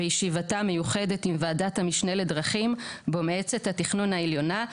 בישיבתה המיוחדת עם ועדת המשנה לדרכים במועצת התכנון העליונה,